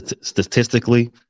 statistically